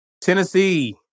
Tennessee